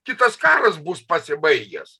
kitas karas bus pasibaigęs